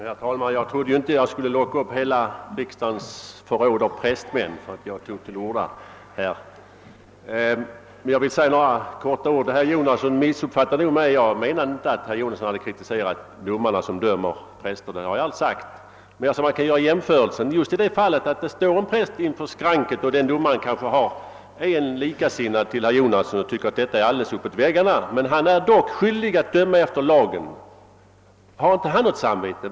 Herr talman! Jag trodde inte att jag skulle locka upp kammarens alla prästmän när jag tog till orda. Herr Jonasson missuppfattade nog mig; jag menade inte att herr Jonasson hade kritiserat domarna som dömer präster. Jag sade att man kan göra en jämförelse i just det fallet då det står en präst inför skranket och domaren kanske precis som herr Jonasson tycker att detta är alldeles uppåt väggarna. Men domaren är ändå skyldig att döma efter lagen. Har inte han ett samvete?